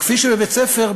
וכפי שבבית-ספר,